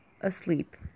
asleep